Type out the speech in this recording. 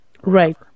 Right